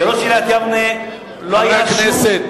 כראש עיריית יבנה לא היה שום,